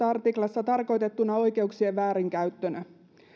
artiklassa tarkoitettuna oikeuksien väärinkäyttönä